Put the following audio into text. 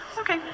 okay